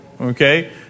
Okay